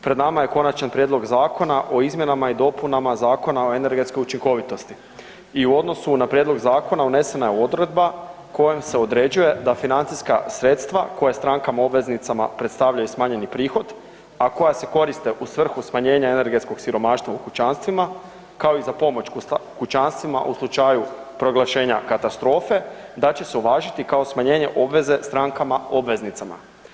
Pred nama je Konačni prijedlog zakona o izmjenama i dopunama Zakona o energetskoj učinkovitosti i u odnosu na prijedlog zakona unesena je odredba kojom se određuju da financijska sredstva koja strankama obveznicama predstavljaju smanjeni prihod, a koja se koriste u svrhu smanjenja energetskog siromaštva u kućanstvima, kao i za pomoć kućanstvima u slučaju proglašenja katastrofe, da će se uvažiti kao smanjenje obveze strankama obveznicama.